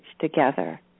together